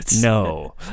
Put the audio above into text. No